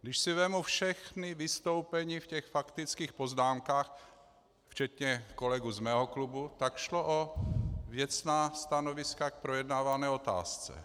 Když si vezmu všechna vystoupení ve faktických poznámkách včetně kolegů z mého klubu, tak šlo o věcná stanoviska k projednávané otázce.